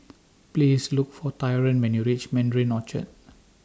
Please Look For Tyron when YOU REACH Mandarin Orchard